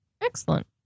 excellent